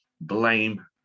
blame